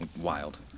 Wild